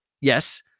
yes